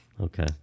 Okay